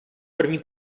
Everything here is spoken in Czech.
první